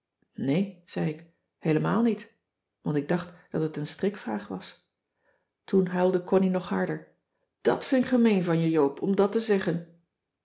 nee zei ik heelemaal niet want ik dacht dat het een strikvraag was toen huilde connie nog harder dàt vin k gemeen van je joop om dat te zeggen